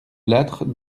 lattre